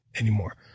anymore